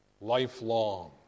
Lifelong